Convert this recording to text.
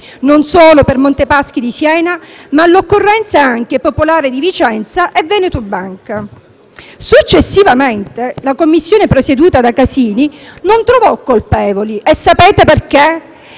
Non solo per Monte dei Paschi di Siena, ma all'occorrenza anche Popolare di Vicenza e Veneto Banca. Successivamente, la Commissione presieduta da Casini non trovò colpevoli e sapete perché?